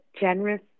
generous